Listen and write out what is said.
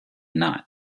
not